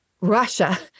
Russia